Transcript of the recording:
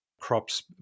crops